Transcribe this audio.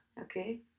okay